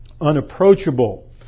unapproachable